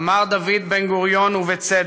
אמר דוד בן-גוריון, ובצדק,